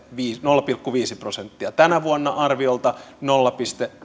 nolla pilkku viisi prosenttia tänä vuonna arviolta nolla